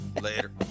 Later